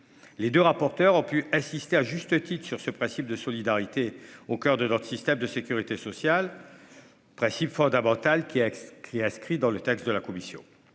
Les deux rapporteurs ont pu assister à juste titre sur ce principe de solidarité au coeur de notre système de sécurité sociale. Principe fondamental qui qui inscrit dans le texte de la commission